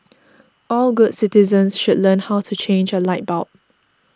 all good citizens should learn how to change a light bulb